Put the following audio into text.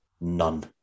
none